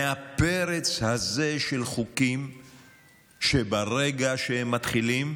מהפרץ הזה של חוקים שברגע שהם מתחילים,